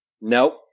Nope